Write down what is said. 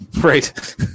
Right